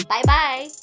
Bye-bye